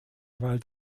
weil